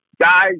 Guys